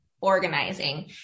organizing